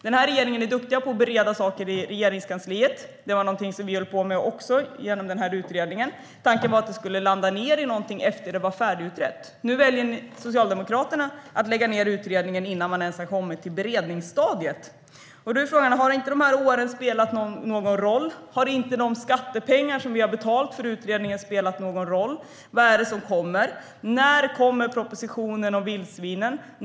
Den här regeringen är duktig på att bereda saker i Regeringskansliet. Det var någonting som också vi höll på med genom den här utredningen. Tanken var att detta skulle landa i någonting efter att det var färdigutrett. Nu väljer Socialdemokraterna att lägga ned utredningen innan man ens har kommit till beredningsstadiet. Har då inte de här åren spelat någon roll? Har inte de skattepengar som vi har betalat för utredningen spelat någon roll? Vad är det som kommer? När kommer propositionen om vildsvinen?